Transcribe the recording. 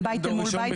זה בית מול בית,